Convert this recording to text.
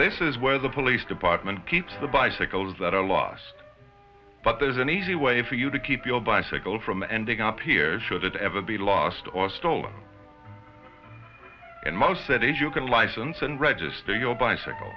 this is where the police department keeps the bicycles that are lost but there is an easy way for you to keep your bicycle from ending up here should it ever be lost or stolen in most cities you can license and register your bicycle